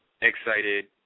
excited